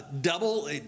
double